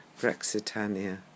Brexitania